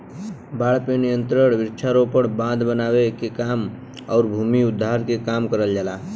बाढ़ पे नियंत्रण वृक्षारोपण, बांध बनावे के काम आउर भूमि उद्धार के काम करल जाला